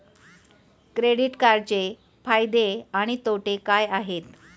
Credit कार्डचे फायदे आणि तोटे काय आहेत?